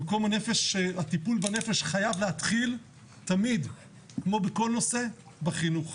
הטיפול בנפש חייב להתחיל תמיד כמו בכל נושא בחינוך.